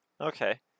Okay